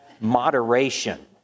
moderation